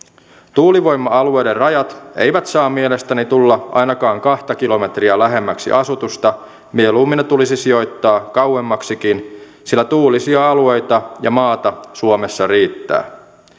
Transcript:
tuulivoima alueiden rajat eivät saa mielestäni tulla ainakaan kahta kilometriä lähemmäksi asutusta mieluummin ne tulisi sijoittaa kauemmaksikin sillä tuulisia alueita ja maata suomessa riittää